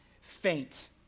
faint